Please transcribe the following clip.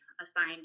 assigned